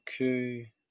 Okay